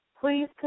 Please